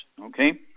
Okay